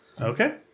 Okay